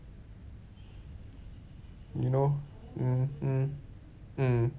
you know mm mm mm